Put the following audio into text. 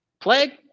Plague